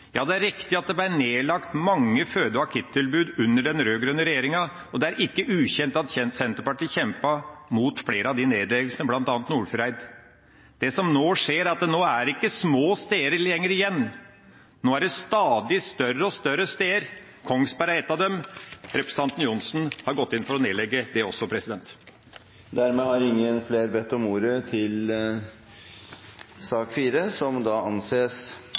Ja, det er riktig at det ble nedlagt mange føde- og akuttilbud under den rød-grønne regjeringa, og det er ikke ukjent at Senterpartiet kjempet mot flere av de nedleggelsene, bl.a. Nordfjordeid. Det som nå skjer, er at det ikke er på små steder lenger. Nå er det stadig større steder – Kongsberg er et av dem. Representanten Ørmen Johnsen har gått inn for å nedlegge det også. Flere har ikke bedt om ordet til sak